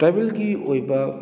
ꯇ꯭ꯔꯥꯏꯕꯦꯜꯒꯤ ꯑꯣꯏꯕ